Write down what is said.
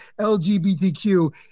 LGBTQ